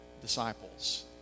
disciples